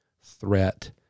threat